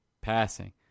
passing